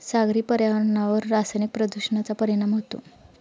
सागरी पर्यावरणावर रासायनिक प्रदूषणाचा परिणाम होतो